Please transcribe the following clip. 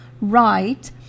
right